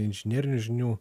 inžinerinių žinių